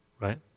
right